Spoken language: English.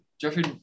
Jeffrey